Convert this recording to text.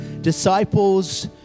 disciples